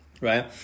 right